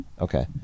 Okay